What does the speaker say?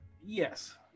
yes